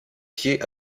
pied